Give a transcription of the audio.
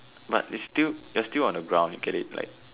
but it's still you're still on the ground you get it like